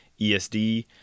ESD